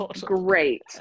great